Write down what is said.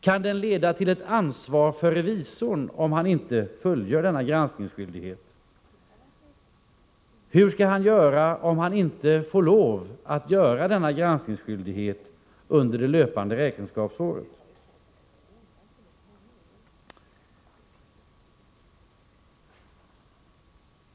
Kan den leda till ansvar för revisorn, om han inte fullgör denna granskningsskyldighet? Hur skall han göra om han inte får lov att fullgöra denna granskningsskyldighet under det löpande räkenskapsåret?